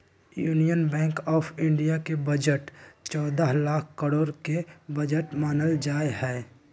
union Bank of India के budget चौदह लाख करोड के बजट मानल जाहई